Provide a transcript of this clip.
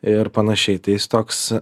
ir panašiai tai jis toks